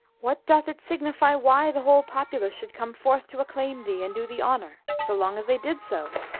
what doth it signify why the whole populace should come forth to acclaim thee and do thee honour, so long as they did so?